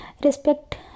respect